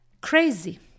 Crazy